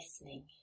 listening